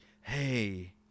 hey